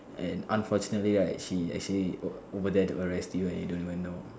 and unfortunately right she actually over there to arrest you and you don't even know